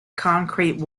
concrete